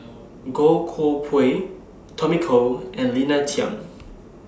Goh Koh Pui Tommy Koh and Lina Chiam